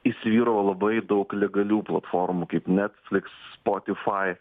įsivyravo labai daug legalių platformų kaip netflix spotify